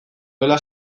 dela